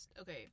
okay